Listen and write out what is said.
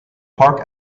park